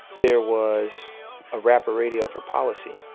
there was a rapper radio for policy?